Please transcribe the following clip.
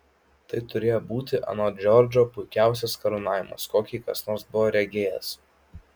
tai turėjo būti anot džordžo puikiausias karūnavimas kokį kas nors buvo regėjęs